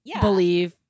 believe